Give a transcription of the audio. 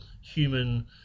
human